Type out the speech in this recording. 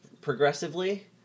progressively